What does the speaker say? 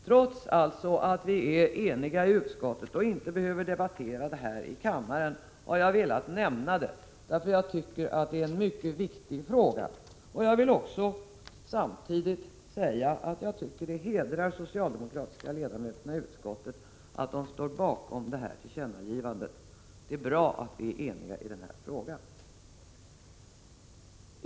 Trots att vi är eniga i utskottet och inte behöver debattera detta i kammaren har jag velat nämna det därför att jag tycker att det är en mycket viktig fråga. Låt mig samtidigt säga att jag tycker det hedrar de socialdemokratiska ledamöterna i utskottet att de står bakom detta tillkännagivande. Det är bra att vi är eniga i den här frågan.